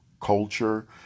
culture